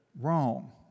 wrong